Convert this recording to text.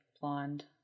blonde